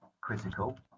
critical